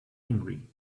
angry